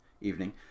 evening